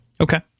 Okay